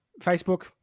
Facebook